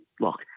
look